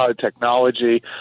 technology